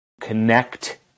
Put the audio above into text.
connect